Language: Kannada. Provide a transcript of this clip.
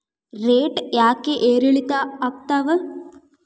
ರೇಟ್ ಯಾಕೆ ಏರಿಳಿತ ಆಗ್ತಾವ?